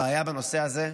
הבעיה בנושא הזה,